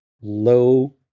low